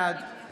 בעד סגנית